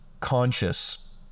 Conscious